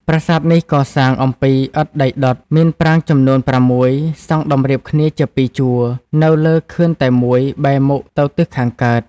ប្រាសាទនេះកសាងអំពី ឥដ្ឋដីដុត មានប្រាង្គចំនួន ៦ សង់តម្រៀបគ្នាជាពីរជួរ នៅលើខឿនតែមួយ បែរមុខទៅទិសខាងកើត។